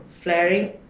flaring